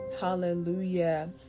Hallelujah